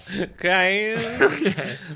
Okay